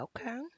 okay